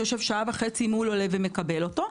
אדם יושב שעה וחצי מול עולה ומקבל אותו.